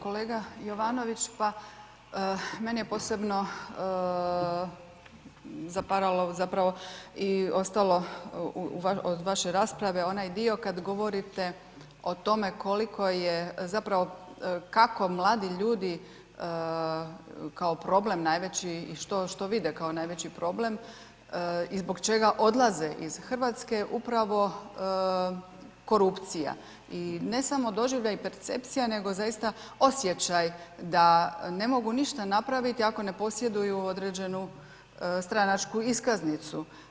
Kolega Jovanović, pa meni je posebno zapravo i ostalo od vaše rasprave onaj dio kada govorite o tome, koliko je, zapravo kako mladi ljudi kao problem najveći, što vide kao najveći problem i zbog čega odlaze iz Hrvatske, upravo korupcija i ne samo doživljaj percepcija, nego zaista osjećaj da ne mogu ništa napraviti ako ne posjeduju određenu stranačku iskaznicu.